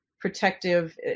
protective